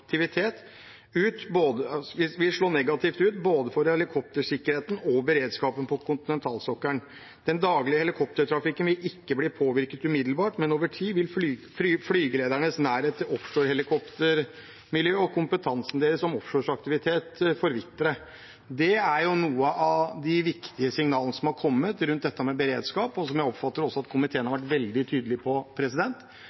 slå negativt ut for både helikoptersikkerheten og beredskapen på kontinentalsokkelen. Den daglige helikoptertrafikken vil ikke bli påvirket umiddelbart, men over tid vil flygeledernes nærhet til offshorehelikoptermiljøet og kompetansen deres om offshoreaktivitet forvitre. Det er noen av de viktige signalene som har kommet rundt dette med beredskap, og som jeg også oppfatter at komiteen har